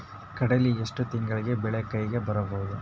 ಕಡಲಿ ಎಷ್ಟು ತಿಂಗಳಿಗೆ ಬೆಳೆ ಕೈಗೆ ಬರಬಹುದು?